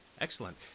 Excellent